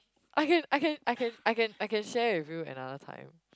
I can I can I can I can I can share with you another time